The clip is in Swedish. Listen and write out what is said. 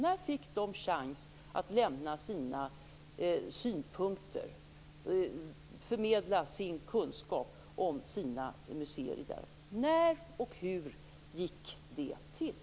När fick de chans att lämna sina synpunkter och förmedla den kunskap de har om sina museer? När och hur gick det till?